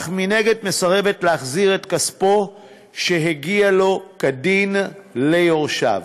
אך מנגד מסרבת להחזיר את כספו שהגיע כדין ליורשיו.